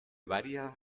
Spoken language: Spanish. varias